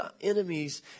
enemies